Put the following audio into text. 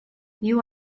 you